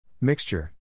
Mixture